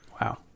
Wow